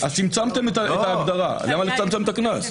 צמצמתם את ההגדרה, אבל למה לצמצם את הקנס?